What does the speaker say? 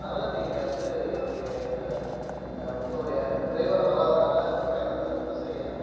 அதனால் நீங்கள் வந்து என்னுடைய இந்த உங்களுடைய ட்ரைவர் வராததுனால் இந்த பயணத்தை ரத்து செய்ய